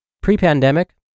Pre-pandemic